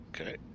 Okay